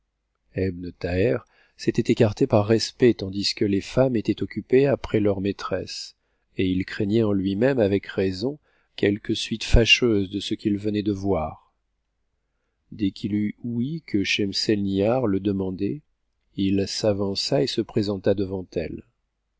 s'était écarté par respect tandis que les femmes étaient occupées après leur maltresse et il craignait en lui-même avec raison quelque suite fâcheuse de ce qu'il venait de voir dès qu'il eut ouï que schemselnihar le demandait s avança et se présenta devant elle